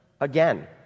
again